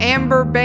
Amber